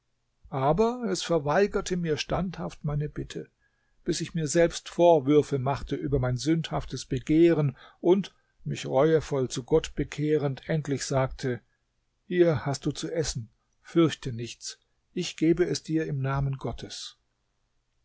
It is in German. aber es verweigerte mir standhaft meine bitte bis ich mir selbst vorwürfe machte über mein sündhaftes begehren und mich reuevoll zu gott bekehrend endlich sagte hier hast du zu essen fürchte nichts ich gebe es dir im namen gottes